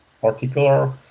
particular